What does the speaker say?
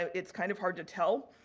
it's kind of hard to tell.